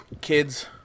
Kids